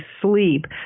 sleep